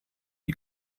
die